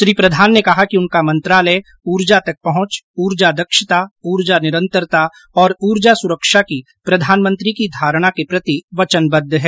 श्री प्रधान ने कहा कि उनका मंत्रालय ऊर्जा तक पहुंच ऊर्जा दक्षता ऊर्जा निरंतरता और ऊर्जा सुरक्षा की प्रधानमंत्री की धारणा के प्रति वचनबद्व है